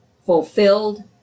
fulfilled